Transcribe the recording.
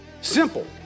Simple